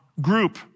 group